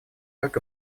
как